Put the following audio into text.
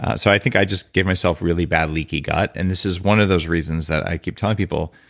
ah so i think i just gave myself really bad leaky gut. and this is one of those reasons that i keep telling people,